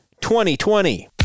2020